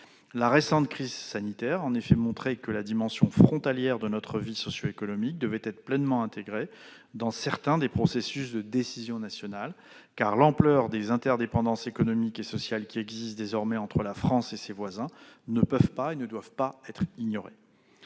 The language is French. La récente crise sanitaire en effet montré que la dimension frontalière de notre vie socioéconomique devait être pleinement intégrée dans certains des processus de décision nationale, car les interdépendances économiques et sociales qui existent désormais entre la France et ses voisins ne peuvent pas et ne doivent pas, en raison